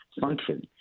function